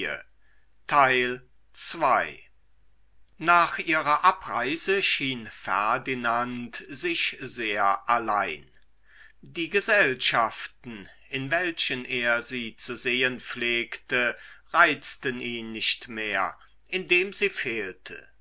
nach ihrer abreise schien ferdinand sich sehr allein die gesellschaften in welchen er sie zu sehen pflegte reizten ihn nicht mehr indem sie fehlte